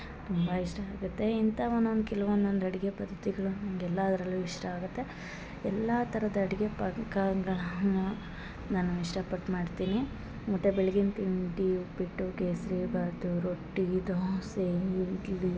ತುಂಬಾ ಇಷ್ಟ ಆಗುತ್ತೆ ಇಂಥವ್ ಒನ್ನೊಂದು ಕೆಲ್ವು ಒನ್ನೊಂದು ಅಡ್ಗೆ ಪದ್ಧತಿಗಳು ನಮ್ಗ ಎಲ್ಲಾದರಲ್ಲೂ ಇಷ್ಟ ಆಗುತ್ತೆ ಎಲ್ಲಾ ಥರದ್ ಅಡ್ಗೆ ಪಾಕಗಳನ್ನು ನಾನು ಇಷ್ಟ ಪಟ್ಟು ಮಾಡ್ತೀನಿ ಮತ್ತು ಬೆಳ್ಗಿನ ತಿಂಡಿ ಉಪ್ಪಿಟ್ಟು ಕೇಸ್ರಿಬಾತು ರೊಟ್ಟಿ ದೋಸೆ ಇಡ್ಲಿ